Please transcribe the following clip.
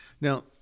Now